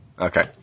Okay